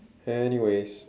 anyways